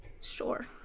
Sure